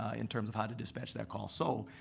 ah in terms of how to dispatch that call. so,